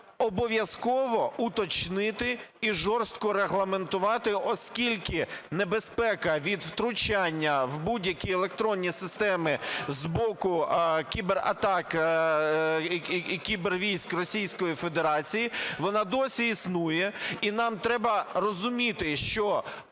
обов'язково уточнити і жорстко регламентувати, оскільки небезпека від втручання в будь-які електронні системи з боку кібератак і кібервійськ Російської Федерації, вона досі існує. І нам треба розуміти, що